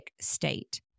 state